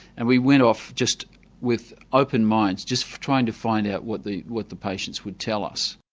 and we went off just with open minds, just trying to find out what the what the patients would tell us.